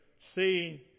seeing